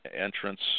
entrance